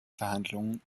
verhandlungen